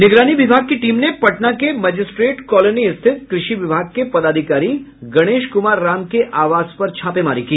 निगरानी विभाग की टीम ने पटना के मजिस्ट्रेट कॉलोनी स्थित कृषि विभाग के पदाधिकारी गणेश कुमार राम के आवास पर छापेमारी की